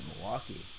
Milwaukee